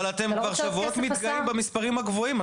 אבל אתם כבר שבועות מתגאים במספרים הגבוהים,